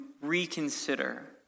reconsider